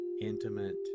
intimate